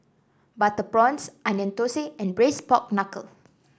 Butter Prawns Onion Thosai and Braised Pork Knuckle